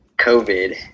COVID